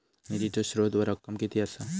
निधीचो स्त्रोत व रक्कम कीती असा?